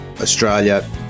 Australia